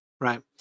right